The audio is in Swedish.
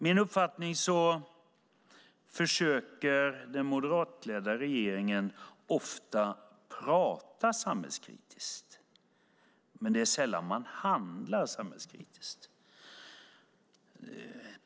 Min uppfattning är att den moderatledda regeringen ofta försöker prata samhällskritiskt, men det är sällan regeringen handlar samhällskritiskt.